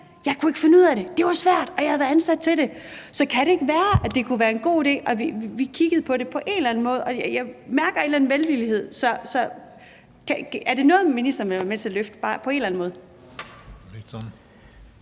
Jeg kunne ikke finde ud af det. Det var svært, selv om jeg havde været ansat til det. Så kan det ikke være, at det kunne være en god idé, at vi kiggede på det på en eller anden måde? Jeg mærker en eller anden velvillighed, så jeg vil høre: Er det noget, ministeren vil være med til at løfte, bare på en eller anden måde?